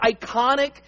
iconic